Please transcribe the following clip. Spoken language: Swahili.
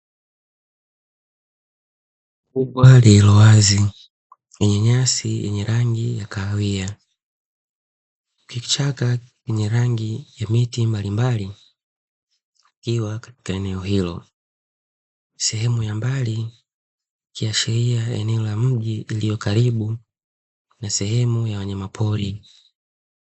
Kubwa lililowazi lenye nyasi yenye rangi ya kahawia kichaka chenye rangi ya miti mbalimbali kikiwa katika eneo hili sehemu ya mbali ikiashiria eneo la mji iliyo karibu na sehemu ya wanyama pori.